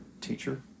teacher